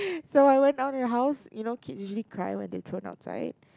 so I went out of the house you know kids usually cry when they thrown outside